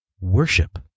worship